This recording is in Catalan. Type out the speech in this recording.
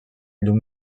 llum